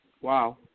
Wow